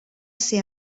ser